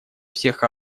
всех